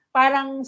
parang